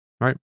Right